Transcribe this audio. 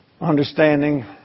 understanding